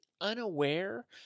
unaware